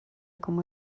como